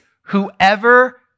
whoever